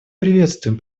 приветствуем